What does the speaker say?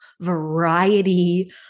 variety